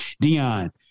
Dion